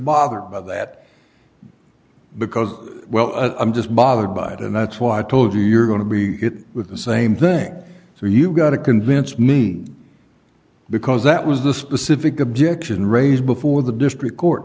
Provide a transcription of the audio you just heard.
bothered by that because well i'm just bothered by it and that's why i told you you're going to be hit with the same thing so you've got to convince me because that was the specific objection raised before the district court